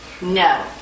No